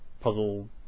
puzzle